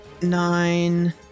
nine